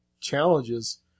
challenges